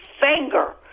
finger